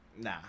nah